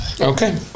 Okay